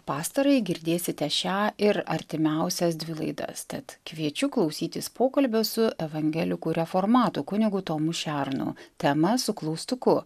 pastarąjį girdėsite šią ir artimiausias dvi laidas tad kviečiu klausytis pokalbio su evangeliku reformatu kunigu tomu šernu tema su klaustuku